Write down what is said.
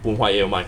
poon huat 有卖